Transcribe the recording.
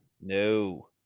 No